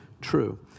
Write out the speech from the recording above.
true